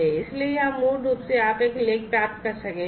इसलिए यहां मूल रूप से आप एक लेख प्राप्त कर सकेंगे